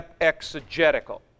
exegetical